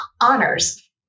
honors